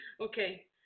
Okay